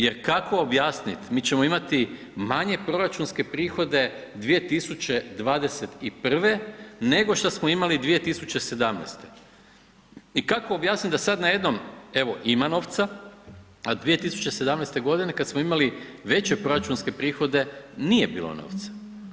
Jer kako objasniti, mi ćemo imati manje proračunske prihode 2021. nego što smo imali 2017. i kako objasniti da sad najednom evo, ima novca, a 2017. g. kad smo imali veće proračunske prihode nije bilo novca.